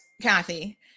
Kathy